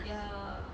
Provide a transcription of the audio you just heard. ya